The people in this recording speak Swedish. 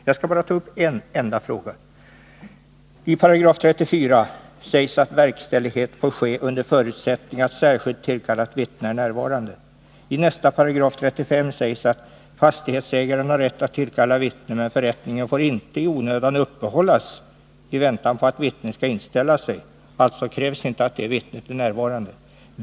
Jag skall bara ta upp en enda fråga. I 34 § sägs att verkställighet får ske under förutsättning att särskilt tillkallat vittne är närvarande. I 35 § sägs att fastighetsägaren har rätt att tillkalla vittne men att förrättningen inte i onödan får uppehållas i väntan på att vittnet skall inställa sig. — Det krävs alltså inte att det vittnet är närvarande.